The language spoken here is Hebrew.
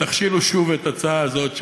תכשילו שוב את ההצעה הזאת,